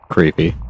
Creepy